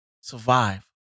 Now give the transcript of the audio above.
survive